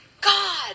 God